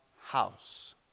house